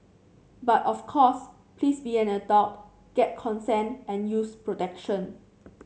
but of course please be an adult get consent and use protection